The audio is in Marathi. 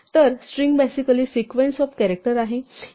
तर string basically sequence of character आहे